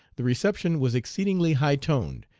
the reception was exceedingly high-toned,